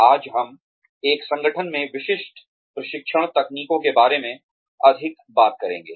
आज हम एक संगठन में विशिष्ट प्रशिक्षण तकनीकों के बारे में अधिक बात करेंगे